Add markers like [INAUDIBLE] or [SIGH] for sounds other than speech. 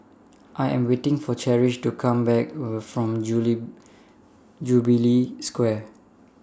I Am waiting For Cherish to Come Back [HESITATION] from July Jubilee Square